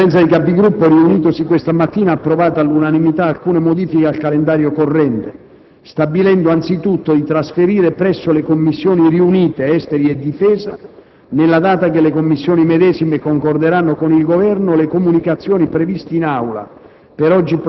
la Conferenza dei Capigruppo, riunitasi questa mattina, ha approvato all'unanimità alcune modifiche al calendario corrente, stabilendo anzitutto di trasferire presso le Commissioni riunite esteri e difesa - nella data che le Commissioni medesime concorderanno con il Governo - le comunicazioni previste in Aula